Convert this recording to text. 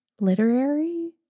literary